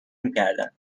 میکردم